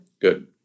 Good